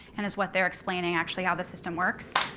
and is what they're explaining actually how the system works?